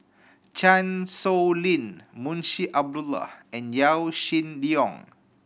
Chan Sow Lin Munshi Abdullah and Yaw Shin Leong